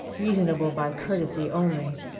reasonable by courtesy only,